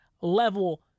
level